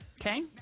Okay